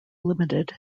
limited